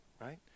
right